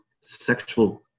sexual